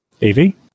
Evie